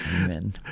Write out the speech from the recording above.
Amen